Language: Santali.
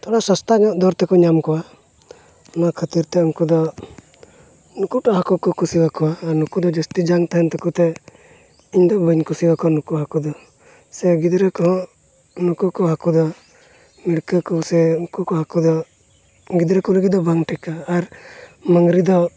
ᱚᱱᱮ ᱥᱚᱥᱛᱟ ᱧᱚᱜ ᱫᱚᱨ ᱛᱮᱠᱚ ᱧᱟᱢ ᱠᱚᱣᱟ ᱚᱱᱟ ᱠᱷᱟᱹᱛᱤᱨᱛᱮ ᱩᱱᱠᱩ ᱫᱚ ᱩᱱᱠᱩ ᱠᱚ ᱦᱟᱹᱠᱩ ᱠᱚ ᱠᱩᱥᱤᱭᱟᱠᱚᱣᱟ ᱱᱩᱠᱩ ᱫᱚ ᱡᱟᱹᱥᱛᱤ ᱡᱟᱝ ᱛᱟᱦᱮᱱ ᱛᱟᱠᱚᱛᱮ ᱤᱧᱫᱚ ᱵᱟᱹᱧ ᱠᱩᱥᱤᱭᱟᱠᱚᱣᱟ ᱱᱩᱠᱩ ᱦᱟᱹᱠᱩ ᱫᱚ ᱥᱮ ᱜᱤᱫᱽᱨᱟᱹ ᱠᱚᱦᱚᱸ ᱩᱱᱠᱩ ᱠᱚ ᱦᱟᱹᱠᱩ ᱫᱚ ᱰᱟᱹᱲᱠᱟᱹ ᱦᱟᱠᱩ ᱠᱚ ᱥᱮ ᱱᱩᱠᱩ ᱠᱚ ᱦᱟᱹᱠᱩ ᱫᱚ ᱜᱤᱫᱽᱨᱟᱹ ᱠᱚ ᱞᱟᱹᱜᱤᱫ ᱫᱚ ᱵᱟᱝ ᱴᱷᱤᱠᱟ ᱟᱨ ᱢᱟᱺᱜᱽᱨᱤ ᱫᱚ